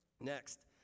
Next